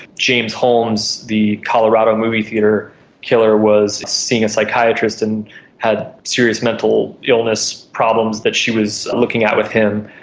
james holmes, the colorado movie theatre killer, was seeing a psychiatrist and had serious mental illness problems that she was looking at with him.